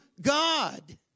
God